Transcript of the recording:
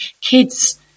kids